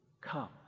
come